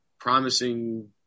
promising